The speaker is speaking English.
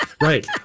Right